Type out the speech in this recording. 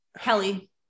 Kelly